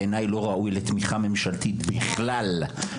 בעיניי לא ראוי לתמיכה ממשלתית בכלל,